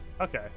Okay